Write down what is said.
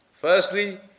Firstly